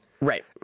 Right